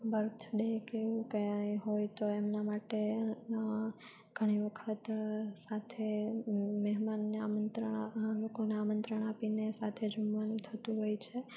birth day કે એવું કાંઈ હોય તો એમના માટે ઘણી વખત સાથે મેહમાનને આમંત્રણ લોકોને આમંત્રણ આપીને સાથે જમવાનું થતું હોય છે